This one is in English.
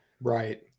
right